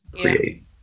create